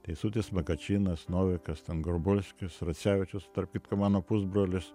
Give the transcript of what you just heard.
teisutis makačinas novikas ten gorbulskis racevičius tarp kitko mano pusbrolis